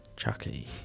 Chucky